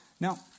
Now